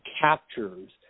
captures